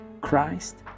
Christ